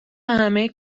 همه